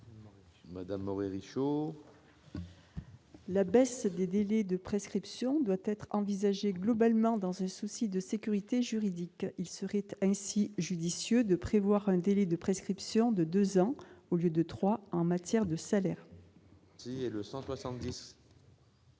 Morhet-Richaud. La baisse des délais de prescription doit être envisagée globalement dans un souci de sécurité juridique. Il serait ainsi judicieux de prévoir un délai de prescription de deux ans, au lieu de trois, en matière de salaire. L'amendement n° 170